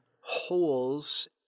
holes